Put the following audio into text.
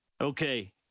okay